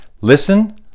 Listen